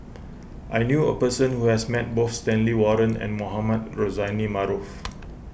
I knew a person who has met both Stanley Warren and Mohamed Rozani Maarof